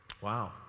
wow